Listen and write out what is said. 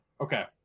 Okay